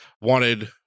wanted